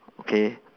okay